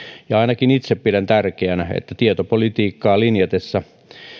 ja ainakin itse pidän tärkeänä että tietopolitiikkaa linjattaessa